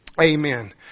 Amen